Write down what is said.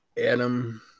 Adam